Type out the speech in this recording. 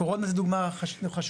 הקורונה זה דוגמא חשובה.